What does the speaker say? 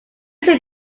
sit